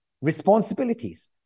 responsibilities